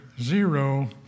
zero